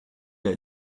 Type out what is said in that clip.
l’a